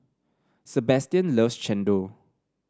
Sebastian loves chendol